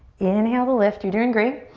inhale to lift, you're doing great.